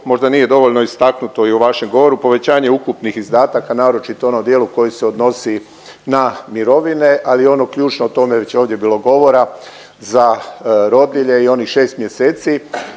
možda nije dovoljno istaknuto i u vašem govoru povećanje ukupnih izdataka naročito u onom dijelu koji se odnosi na mirovine, ali i ono ključno, o tome je već ovdje bilo govora, za rodilje i onih 6 mjeseci